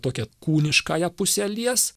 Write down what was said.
tokią kūniškąją pusę lies